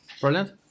brilliant